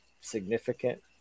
significant